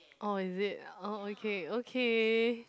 oh is it oh okay okay